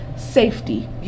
safety